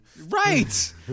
Right